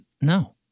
No